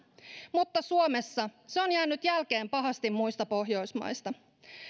mutta suomessa se on jäänyt jälkeen pahasti muista pohjoismaista